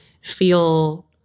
feel